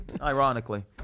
Ironically